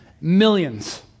millions